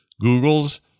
Google's